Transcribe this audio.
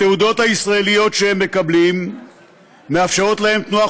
התעודות הישראליות שהם מקבלים מאפשרות להם תנועה